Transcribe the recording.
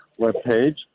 webpage